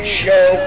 show